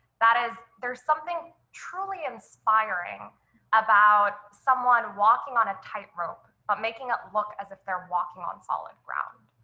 that is, there is something truly inspiring about someone walking on a tightrope but um making it look as if they're walking on solid ground.